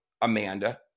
Amanda